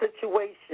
situation